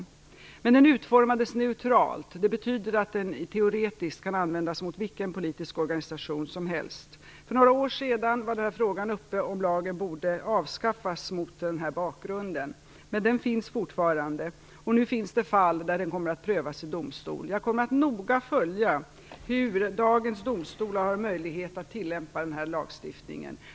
Men lagstiftningen utformades neutralt. Det betyder att den teoretiskt kan användas mot vilken politiskt organisation som helst. För några år sedan var frågan uppe om lagen borde avskaffas mot den bakgrunden. Men den finns fortfarande. Nu finns det fall där den kommer att prövas i domstol. Jag kommer att noga följa hur dagens domstolar har möjlighet att tillämpa den här lagstiftningen.